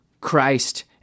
Christ